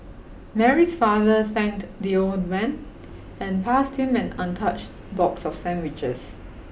Mary's father thanked the old man and passed him an untouched box of sandwiches